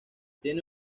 tiene